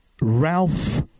Ralph